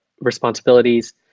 responsibilities